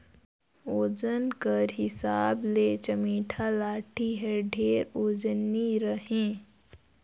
ओजन कर हिसाब ले चमेटा लाठी हर ढेर ओजन नी रहें